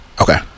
Okay